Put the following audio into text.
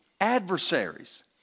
adversaries